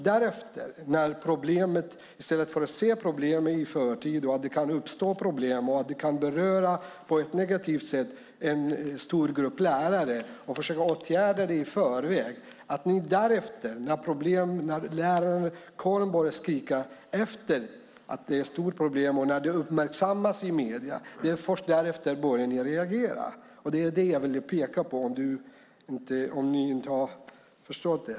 I stället för att se problemet i förtid, se att det kan uppstå problem och att det kan beröra en stor grupp lärare på ett negativt sätt, och försöka åtgärda det i förväg reagerar ni först när lärarkåren börjar skrika att det är stort problem och när det uppmärksammas i medierna. Det är det jag vill peka på, om ni inte har förstått det.